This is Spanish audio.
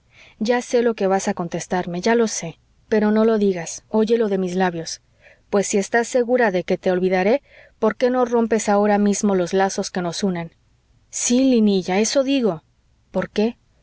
ya sé lo que vas a contestarme ya lo sé pero no lo digas óyelo de mis labios pues si estás segura de que te olvidaré por qué no rompes ahora mismo los lazos que nos unen sí linilla eso digo por qué